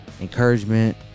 encouragement